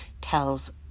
tells